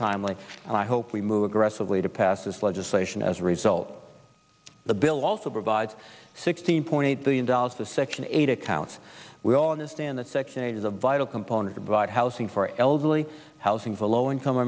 timely and i hope we move aggressively to pass this legislation as a result the bill also provides sixteen point eight billion dollars to section eight accounts we all understand that section eight is a vital component revive housing for elderly housing for low income